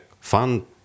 fun